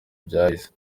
byahise